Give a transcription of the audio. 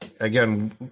again